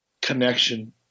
connection